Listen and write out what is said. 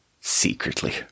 Secretly